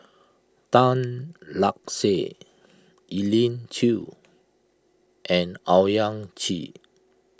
Tan Lark Sye Elim Chew and Owyang Chi